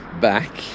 back